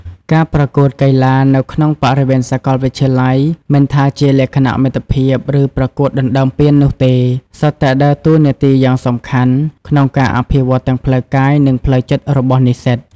ការប្រកួតកីឡានៅក្នុងបរិវេណសាកលវិទ្យាល័យ មិនថាជាលក្ខណៈមិត្តភាព ឬប្រកួតដណ្ដើមពាននោះទេ សុទ្ធតែដើរតួនាទីយ៉ាងសំខាន់ក្នុងការអភិវឌ្ឍទាំងផ្លូវកាយ និងផ្លូវចិត្តរបស់និស្សិត។